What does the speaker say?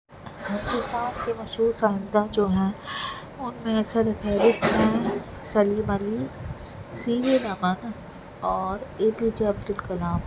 ہندوستان کے مشہور سائسنداں جو ہیں ان میں سرفہرست ہیں سلیم علی سی وی رمن اور اے پی جے عبدالکلام